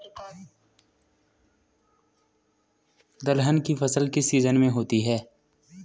दलहन की फसल किस सीजन में होती है?